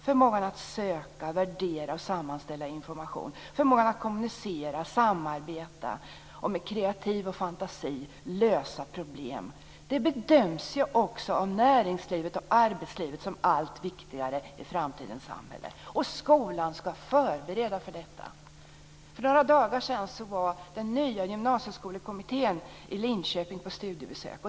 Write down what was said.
Förmågan att söka, värdera och sammanställa information, förmågan att kommunicera, samarbeta och med kreativitet och fantasi lösa problem bedöms ju också av näringslivet och arbetslivet som allt viktigare i framtidens samhälle. Och skolan ska förbereda för detta. För några dagar sedan var den nya gymnasieskolekommittén i Linköping på studiebesök.